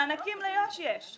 מענקים ליו"ש יש.